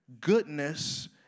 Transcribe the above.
goodness